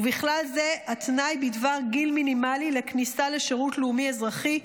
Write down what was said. ובכלל זה התנאי בדבר גיל מינימלי לכניסה לשירות הלאומי-אזרחי,